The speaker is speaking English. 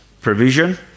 provision